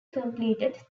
completed